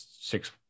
six